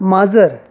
माजर